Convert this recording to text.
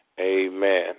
Amen